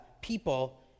people